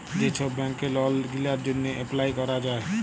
যে ছব ব্যাংকে লল গিলার জ্যনহে এপ্লায় ক্যরা যায়